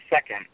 second